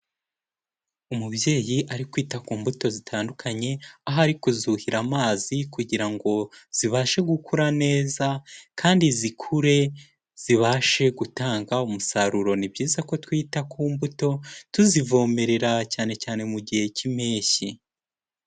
Umubyeyi ari kwita ku mbuto zitandukanye, aho ari kuzuhira amazi kugira ngo zibashe gukura neza kandi zikure zibashe gutanga umusaruro, ni byiza ko twita ku mbuto tuzivomerera cyane cyane mu gihe cy'Impeshyi.